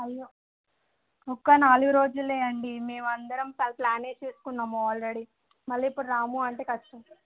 అయ్యో ఒక నాలుగు రోజులు అండి మేము అందరం పర్ ప్లాన్ వేసుకున్నాము ఆల్రెడీ మళ్ళీ ఇప్పుడు రాము అంటే కష్టం